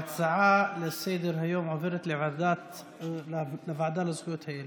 ההצעה לסדר-היום עוברת לוועדה לזכויות הילד.